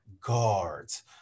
guards